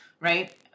right